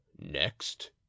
next